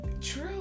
True